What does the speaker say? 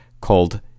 called